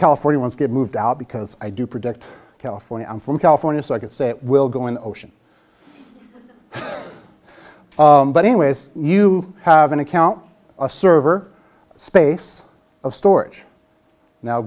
california ones get moved out because i do predict california i'm from california so i could say it will go in ocean but anyways you have an account a server space of storage now